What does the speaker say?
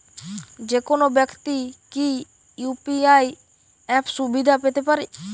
যেকোনো ব্যাক্তি কি ইউ.পি.আই অ্যাপ সুবিধা পেতে পারে?